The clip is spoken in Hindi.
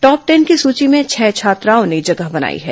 टॉप टेन की सूची में छह छात्राओं ने जगह बनाई है